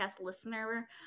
listener